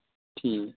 ٹھیک